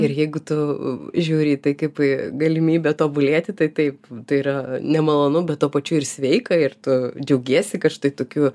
ir jeigu tu žiūri į tai kaip į galimybę tobulėti tai taip tai yra nemalonu bet tuo pačiu ir sveika ir tu džiaugiesi kad štai tokiu